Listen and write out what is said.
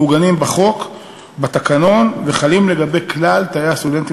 מעוגנים בתקנון ובחוק וחלים על כלל תאי הסטודנטים,